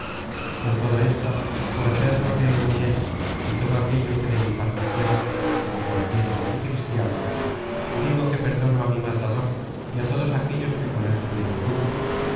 con todo esto por hacer lo que en mí es y todo aquello que de mi parte puedo como caballero y cristiano digo que perdono á mi matador y a todos aquellos que con el tuvieron culpa